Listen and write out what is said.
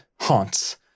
haunts